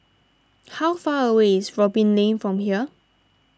how far away is Robin Lane from here